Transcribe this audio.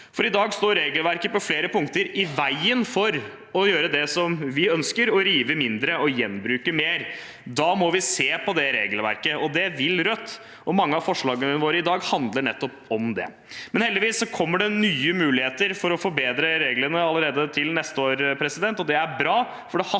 I dag står regelverket på flere punkter i veien for å gjøre det vi ønsker – å rive mindre og gjenbruke mer. Da må vi se på dette regelverket. Det vil Rødt, og mange av forslagene våre i dag handler nettopp om det. Heldigvis kommer det nye muligheter til å forbedre reglene allerede til neste år, og det er bra,